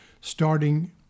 starting